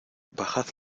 bajad